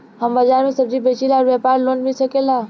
हमर बाजार मे सब्जी बेचिला और व्यापार लोन मिल सकेला?